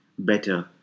better